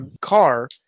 car